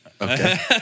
Okay